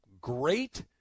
great